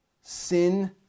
sin